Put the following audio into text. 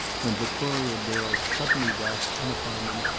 when victoria dare suddenly dashed in upon them,